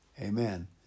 Amen